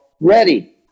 ready